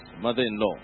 mother-in-law